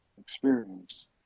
experience